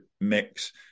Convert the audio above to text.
mix